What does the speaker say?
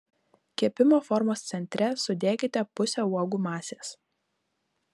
kepimo formos centre sudėkite pusę uogų masės